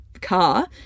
car